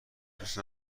دوست